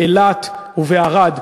באילת ובערד.